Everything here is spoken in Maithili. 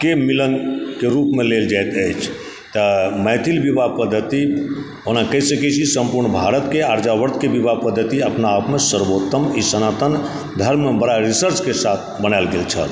के मिलनके रूपमे लेल जाइत अछि तऽ मैथिल विवाह पद्धति ओना कही सकैत छी सम्पूर्ण भारतके आर्यावर्तके विवाह पद्धति अपना आपमे सर्वोत्तम ई सनातन धर्ममे बरा रिसर्चके साथ बनाएल गेल छल